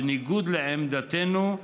בניגוד לעמדתנו,